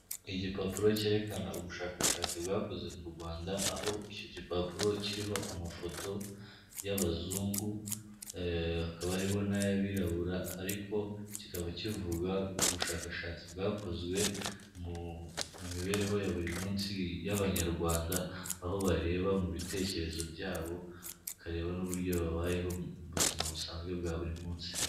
Igipapuro kerekana ubushakashatsi bwakoze mu Rwanda, aho icyo gipapuro kiriho amafoto y'abazungu, hakaba hariho n'ay'abirabura ariko kikaba kivuga ku bushakashatsi bwakozwe mu mibereho ya buri munsi y'abanyarwanda, aho bareba mu bitekerezo byabo bakareba n'uburyo babayeho mu buzima busanzwe bwa buri munsi.